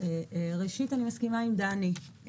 ראשית אני מסכימה עם דני,